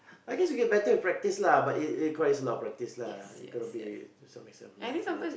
I guess you get better with practice lah but it requires a lot of practice lah you gonna be to some extent ya ya